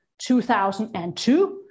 2002